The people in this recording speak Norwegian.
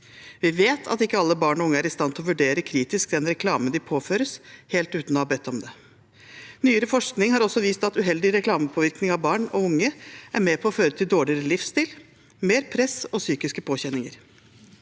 Vi vet at ikke alle barn og unge er i stand til å vurdere kritisk den reklame de påføres helt uten å ha bedt om det. Nyere forskning har også vist at uheldig reklamepåvirkning av barn og unge er med på å føre til dårligere livsstil, mer press og psykiske påkjenninger.